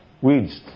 weeds